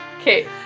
Okay